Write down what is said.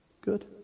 Good